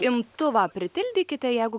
imtuvą pritildykite jeigu